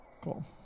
cool